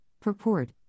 purport